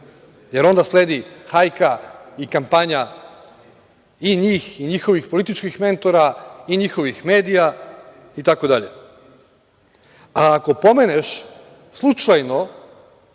Jer, onda sledi hajka i kampanja, i njih i njihovih političkih mentora i njihovih medija, itd. A ako pomeneš slučajno